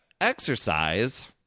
Exercise